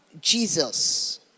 Jesus